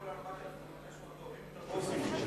כנראה כולם שם אוהבים את הבוסים שלהם.